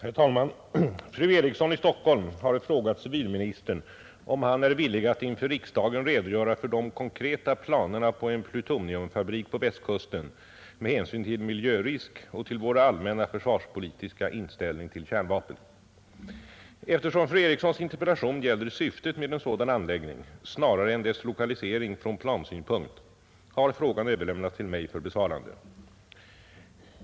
Herr talman! Fru Eriksson i Stockholm har frågat civilministern om han är villig att inför riksdagen redogöra för de konkreta planerna på en plutoniumfabrik på Västkusten med hänsyn till miljörisk och till vår allmänna försvarspolitiska inställning till kärnvapen. Eftersom fru Erikssons interpellation gäller syftet med en sådan anläggning snarare än dess lokalisering från plansynpunkt har frågan överlämnats till mig för besvarande.